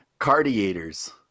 Cardiators